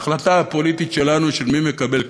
ההחלטה הפוליטית שלנו מי מקבל,